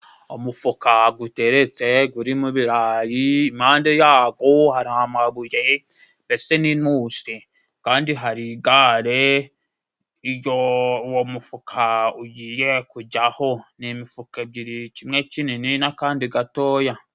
Umufuka guteretse gurimo ibirayi，impande yago hari amabuye ndetse n’intusi kandi hari igare，uwo mufuka ugiye kujyaho. Ni imifuka ebyiri kimwe kinini n'akandi gatoya.